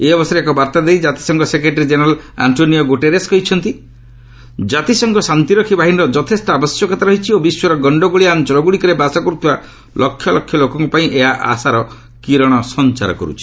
ଏହି ଅବସରରେ ଏକ ବାର୍ତ୍ତା ଦେଇ ଜାତିସଂଘ ସେକ୍ରେଟାରୀ ଜେନେରାଲ୍ ଆଙ୍କୋନିଓ ଗୁଟେରସ୍ କହିଛନ୍ତି ଜାତିସଂଘ ଶାନ୍ତିରକ୍ଷୀ ବାହିନୀର ଯଥେଷ୍ଟ ଆବଶ୍ୟକତା ରହିଛି ଓ ବିଶ୍ୱର ଗଣ୍ଡଗୋଳିଆ ଅଞ୍ଚଳଗୁଡ଼ିକରେ ବାସ କରୁଥିବା ଲକ୍ଷ ଲୋକଙ୍କ ପାଇଁ ଏହା ଆଶାର କିରଣ ସଞ୍ଚାର କର୍ ଛି